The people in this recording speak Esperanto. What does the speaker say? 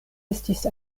estis